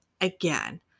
again